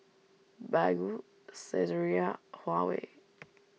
Baggu Saizeriya Huawei